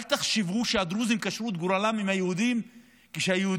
אל תחשבו שהדרוזים קשרו את גורלם עם היהודים כשהיהודים